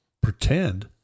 pretend